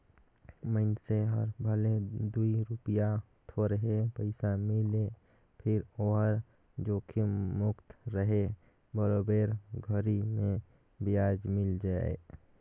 मइनसे हर भले दूई रूपिया थोरहे पइसा मिले फिर ओहर जोखिम मुक्त रहें बरोबर घरी मे बियाज मिल जाय